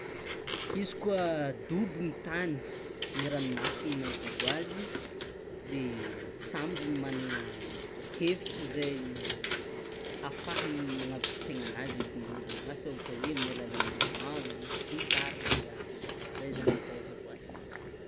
Izy koa dobo ny tany ny ragnomasiny nahadobo azy de samby magnana hevitry zay afahany magnavotro tenanazy ny ologno asa ohatra hoe amin'ny alalan'ny lomano sy ny tariny na zany zay zany le fahaizako azy.